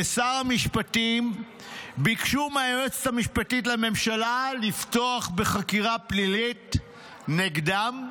ושר המשפטים ביקשו מהיועצת המשפטית לממשלה לפתוח בחקירה פלילית נגדם,